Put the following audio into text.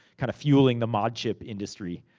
kind of fueling the mod chip industry,